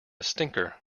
stinker